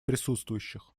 присутствующих